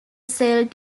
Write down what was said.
sailed